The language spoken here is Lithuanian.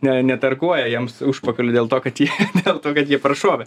ne netarkuoja jiems užpakalių dėl to kad jie dėl to kad jie prašovė